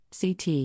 CT